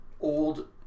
old